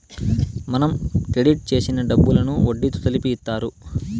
మనం క్రెడిట్ చేసిన డబ్బులను వడ్డీతో కలిపి ఇత్తారు